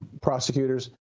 prosecutors